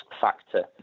factor